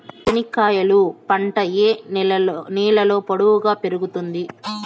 చెనక్కాయలు పంట ఏ నేలలో పొడువుగా పెరుగుతుంది?